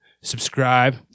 subscribe